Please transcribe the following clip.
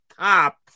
Top